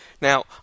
Now